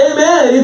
Amen